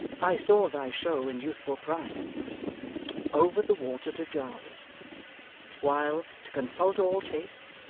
i saw thy show in youthful prime' over the water to jarley while, to consult all tastes,